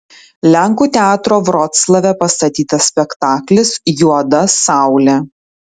lenkų teatro vroclave pastatytas spektaklis juoda saulė